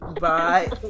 Bye